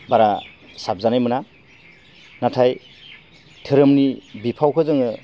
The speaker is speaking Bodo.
बारा साबजानाय मोना नाथाय धोरोमनि बिफावखौ जोङो